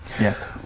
yes